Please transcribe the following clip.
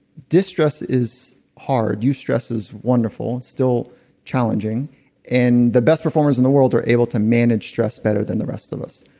distress is hard. use stress is wonderful, still challenging and the best performers in the world are able to manage stress better than the rest of the us.